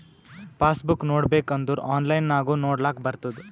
pass book ನೋಡ್ಬೇಕ್ ಅಂದುರ್ online ನಾಗು ನೊಡ್ಲಾಕ್ ಬರ್ತುದ್